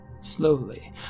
Slowly